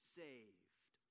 saved